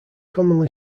commonly